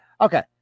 Okay